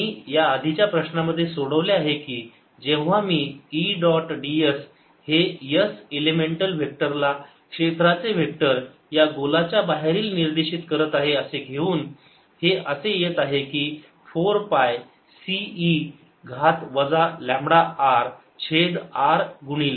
मी याआधीच्या प्रश्नामध्ये सोडवले आहे की जेव्हा मी E डॉट ds हे s इलेमेंटअल वेक्टर ला क्षेत्राचे वेक्टर या गोलाच्या बाहेर निर्देशीत करत आहे असे घेऊन हे असे येत आहे की 4 पाय C e घात वजा लांबडा r छेद r गुणिले